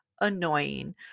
annoying